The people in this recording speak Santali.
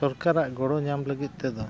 ᱥᱚᱨᱠᱟᱨᱟᱜ ᱜᱚᱲᱚ ᱧᱟᱢ ᱞᱟᱹᱜᱤᱫ ᱛᱮᱫᱚ